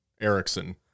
Erickson